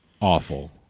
Awful